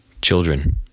Children